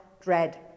dread